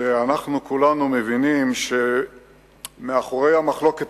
שאנחנו כולנו מבינים שמאחורי המחלוקת